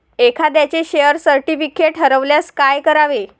एखाद्याचे share certificate हरवल्यास काय करावे?